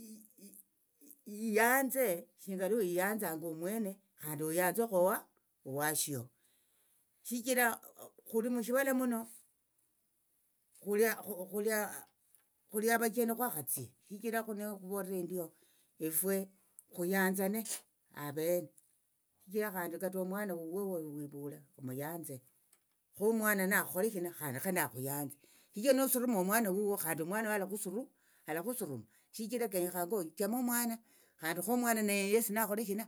eyanze shinga luwiyanzanga omwene khandi oyanzekho owashio shichira khuli mushivala khuli khuli khulia khuliavacheni khwakhatsie shichira nekhuvolera endio efwe khuyanzane avene shichira khandi kata omwana uwo wowivule khumuyanze khomwana nakhole shina khandi khanakhuyanze shichira nosuruma omwana huo khandi omwana huo alakhusuruma shichira kenyekhanga ochame omwana khandi khomwana neye yesi nakhole shina.